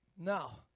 Now